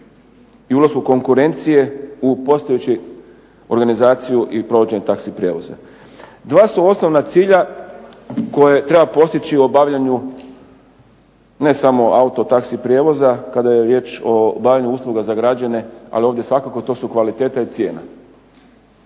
i ulazu konkurencije u postojeću organizaciju i provođenje taxi prijevoza. Dva su osnovna cilja koje treba postići u obavljanju ne samo autotaxi prijevoza kada je riječ o obavljanju usluga za građane. Ali ovdje svakako to su kvaliteta i cijena.